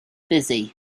busy